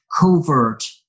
covert